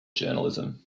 journalism